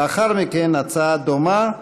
לאחר מכן, הצעה דומה,